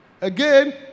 Again